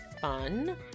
fun